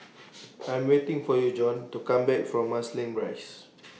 I Am waiting For YOU Jon to Come Back from Marsiling Rise